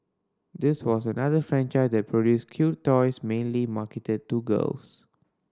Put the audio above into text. this was another franchise that produced cute toys mainly marketed to girls